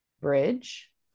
bridge